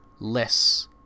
less